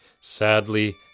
Sadly